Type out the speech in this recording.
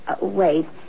Wait